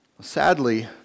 Sadly